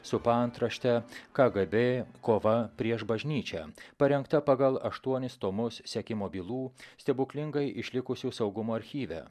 su paantrašte kgb kova prieš bažnyčią parengta pagal aštuonis tomus sekimo bylų stebuklingai išlikusių saugumo archyve